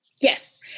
Yes